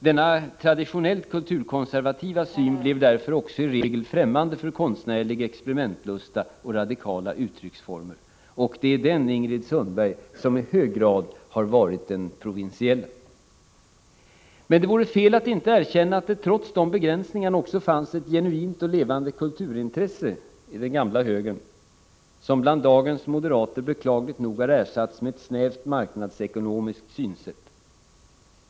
Denna traditionellt kulturkonservativa syn blev därför också i regel främmande för konstnärlig experimentlusta och radikala uttrycksformer. Det är den, Ingrid Sundberg, som i hög grad har varit den provinsiella. Det vore dock fel att inte erkänna att det trots dessa begränsningar också fanns ett genuint och levande kulturintresse i det gamla högerpartiet, som bland dagens moderater beklagligt nog har ersatts med ett snävt marknadsekonomiskt synsätt.